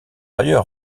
ailleurs